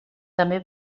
també